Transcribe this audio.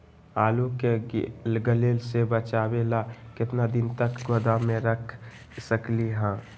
आलू के गले से बचाबे ला कितना दिन तक गोदाम में रख सकली ह?